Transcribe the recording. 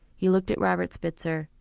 he looked at robert spitzer,